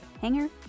Hanger